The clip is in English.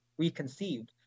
reconceived